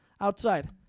outside